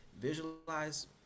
visualize